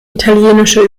italienische